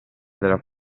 della